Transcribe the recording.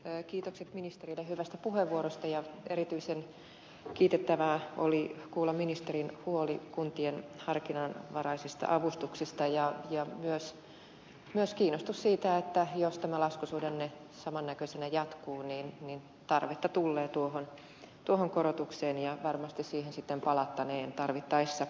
kiitokset ministerille hyvästä puheenvuorosta ja erityisen kiitettävää oli kuulla ministerin huoli kuntien harkinnanvaraisista avustuksista ja myös kiinnostus siitä että jos tämä laskusuhdanne saman näköisenä jatkuu niin tarvetta tullee tuohon korotukseen ja varmasti siihen sitten palattaneen tarvittaessa